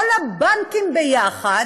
כל הבנקים יחד,